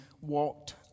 walked